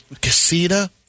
Casita